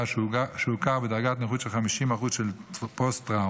שהוכר בדרגת נכות של 50% בשל פוסט-טראומה